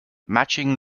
matching